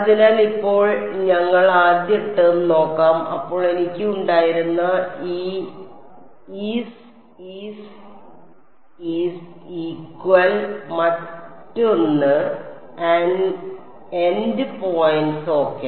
അതിനാൽ ഇപ്പോൾ ഞങ്ങൾ ആദ്യ ടേം നോക്കാം അപ്പോൾ എനിക്ക് ഉണ്ടായിരുന്ന ഒരു ഈസ് ഈസ് ഈക്വെൽ മറ്റൊന് എൻഡ് പോയിന്റ്സ് ഓകെ